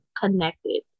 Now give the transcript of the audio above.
connected